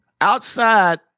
outside